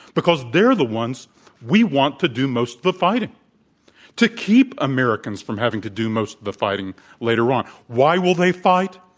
because they're the ones we want to do most of the fighting to keep americans from having to do most of the fighting later on. why will they fight?